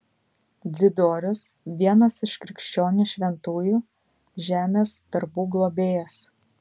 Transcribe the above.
dzidorius vienas iš krikščionių šventųjų žemės darbų globėjas